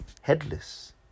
headless